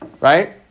right